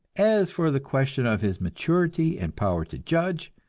as for the question of his maturity and power to judge,